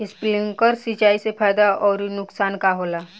Sprinkler सिंचाई से फायदा अउर नुकसान का होला?